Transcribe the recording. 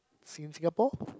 sing~ Singapore